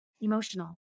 emotional